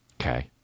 Okay